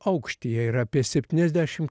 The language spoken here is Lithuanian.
aukštyje ir apie septyniasdešim